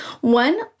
One